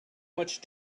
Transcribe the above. much